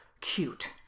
cute